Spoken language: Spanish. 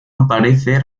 aparece